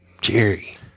Jerry